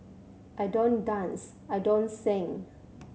I don't dance I don't sing